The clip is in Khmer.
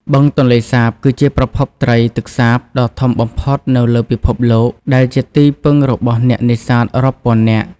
បឹងទន្លេសាប គឺជាប្រភពត្រីទឹកសាបដ៏ធំបំផុតនៅលើពិភពលោក ដែលជាទីពឹងរបស់អ្នកនេសាទរាប់ពាន់នាក់។